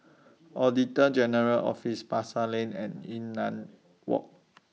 Auditor General's Office Pasar Lane and Yunnan Walk